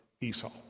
esau